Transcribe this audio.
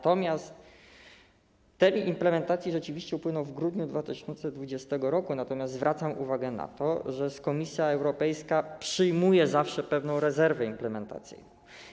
Termin implementacji rzeczywiście upłynął w grudniu 2020 r., natomiast zwracam uwagę na to, że Komisja Europejska zawsze przyjmuje pewną rezerwę implementacyjną.